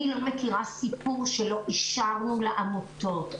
אני לא מכירה סיפור שלא אישרנו לעמותות.